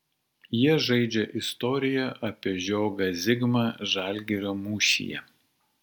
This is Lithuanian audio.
jie žaidžia istoriją apie žiogą zigmą žalgirio mūšyje